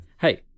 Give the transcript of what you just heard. Hey